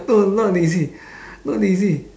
no not lazy not lazy